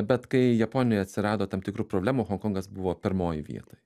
bet kai japonijoj atsirado tam tikrų problemų honkongas buvo pirmoj vietoj